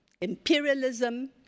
imperialism